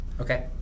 okay